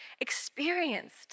experienced